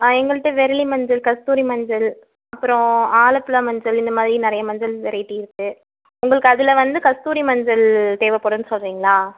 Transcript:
ஆ எங்கள்கிட்ட விரலி மஞ்சள் கஸ்தூரி மஞ்சள் அப்புறம் ஆலப்புழா மஞ்சள் இந்த மாதிரி நிறைய மஞ்சள் வெரைட்டி இருக்கு உங்களுக்கு அதில் வந்து கஸ்தூரி மஞ்சள் தேவைப்படுன்னு சொல்லுறிங்ளா